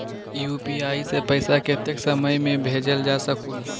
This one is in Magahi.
यू.पी.आई से पैसा कतेक समय मे भेजल जा स्कूल?